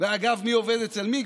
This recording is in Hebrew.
ואגב מי עובד אצל מי,